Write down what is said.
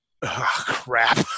crap